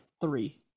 three